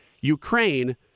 Ukraine –